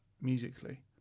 musically